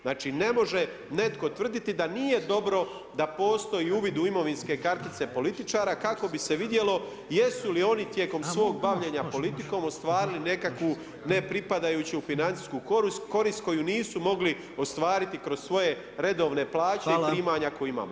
Znači, ne može netko tvrditi da nije dobro da postoji uvid u imovinske kartice političara kako bi se vidjelo jesu li oni tijekom svog bavljenja politikom ostvarili nekakvu ne pripadajuću financijsku korist koju nisu mogli ostvariti kroz svoje redovne plaće i primanja koja imamo.